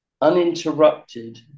uninterrupted